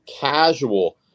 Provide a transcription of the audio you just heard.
casual